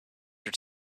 were